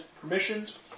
permissions